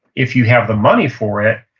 if you have the money for it,